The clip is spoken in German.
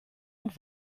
und